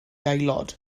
aelod